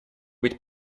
быть